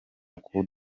coup